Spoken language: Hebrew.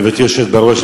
גברתי היושבת בראש,